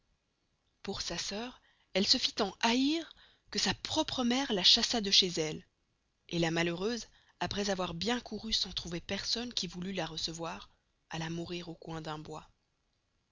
pour sa sœur elle se fit tant haïr que sa propre mere la chassa de chez elle et la malheureuse aprés avoir bien couru sans trouver personne qui voulut la recevoir alla mourir au coin d'un bois